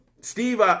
Steve